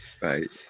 Right